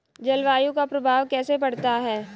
जलवायु का प्रभाव कैसे पड़ता है?